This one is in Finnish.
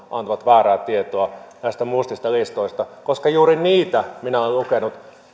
antavat väärää tietoa näistä mustista listoista koska juuri niitä minä olen lukenut